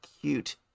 cute